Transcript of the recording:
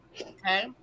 okay